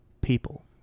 people